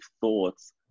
thoughts